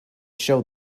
show